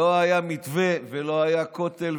לא היה מתווה ולא היה כותל,